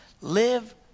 Live